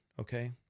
okay